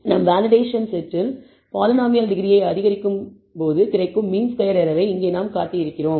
எனவே நாம் வேலிடேஷன் செட்டில் பாலினாமியல் டிகிரியை அதிகரிக்கும்போது கிடைக்கும் மீன் ஸ்கொயர்ட் எரர் ஐ இங்கே நாம் காட்டி இருக்கிறோம்